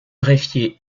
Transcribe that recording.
greffier